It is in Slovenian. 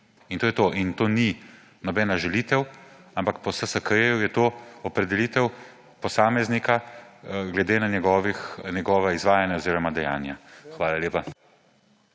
In to je to. To ni nobena žalitev, ampak po SSKJ je to opredelitev posameznika glede na njegova izvajanja oziroma dejanja. Hvala lepa.